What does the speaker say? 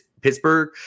Pittsburgh